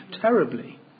terribly